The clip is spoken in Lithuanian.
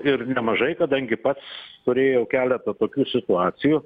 ir nemažai kadangi pats turėjau keletą tokių situacijų